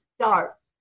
starts